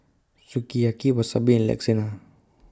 Sukiyaki Wasabi and Lasagna